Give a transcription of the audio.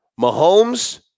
Mahomes